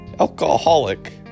alcoholic